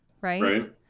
Right